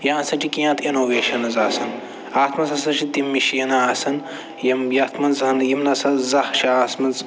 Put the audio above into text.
یا ہسا چھِ کیٚنٛہہ اَتھ اِنوویشَنٕز آسان اَتھ منٛز ہَسا چھِ تِم مِشیٖنہٕ آسان یِم یَتھ منٛز زَن یِم نَہ سا زانٛہہ چھِ آسمٕژ